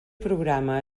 programa